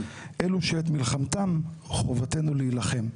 אלו שאת מלחמתם חובתנו להילחם.